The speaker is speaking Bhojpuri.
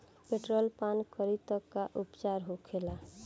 पेट्रोल पान करी तब का उपचार होखेला?